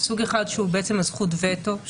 סוג אחד הוא זכות הווטו,